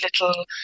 little